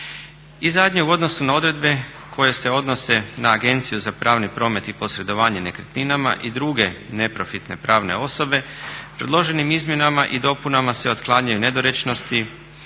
I zadnje u odnosu na odredbe koje se odnose na Agenciju za pravni promet i posredovanje nekretninama i druge neprofitne pravne osobe predloženim izmjenama i dopunama se otklanjaju nedorečenosti